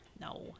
no